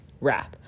wrath